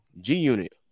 G-Unit